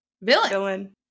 villain